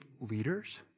leaders